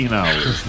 hours